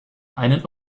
einen